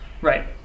Right